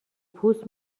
پوست